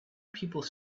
people